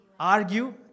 Argue